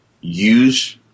use